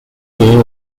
career